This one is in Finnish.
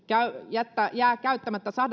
jää jää käyttämättä